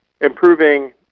improving